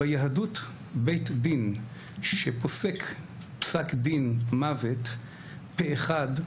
ביהדות, בית דין שפוסק פסק דין מוות פה אחד,